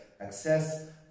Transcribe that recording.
access